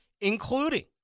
including